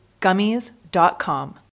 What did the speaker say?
Gummies.com